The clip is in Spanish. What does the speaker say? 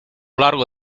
largo